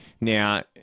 Now